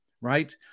right